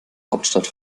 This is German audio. hauptstadt